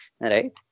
right